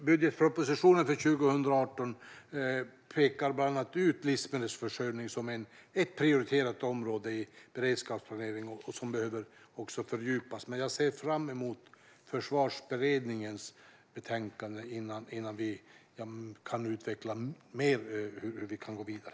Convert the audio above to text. Budgetpropositionen för 2018 pekar bland annat ut livsmedelsförsörjning som ett prioriterat område i beredskapsplaneringen som behöver fördjupas. Jag ser fram emot Försvarsberedningens betänkande innan vi kan utveckla mer hur vi går vidare.